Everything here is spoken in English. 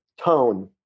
tone